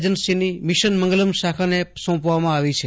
એની mission Mangalam શાખાને સોંપવામાં આવી છે